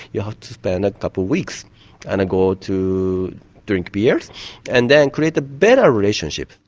you have to spend a couple weeks and go to drink beer and then create a better relationship.